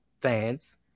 fans